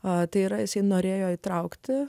o tai yra jisai norėjo įtraukti